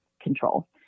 control